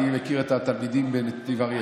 אני מכיר את התלמידים בנתיב אריה.